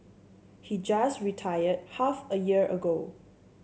he just retired half a year ago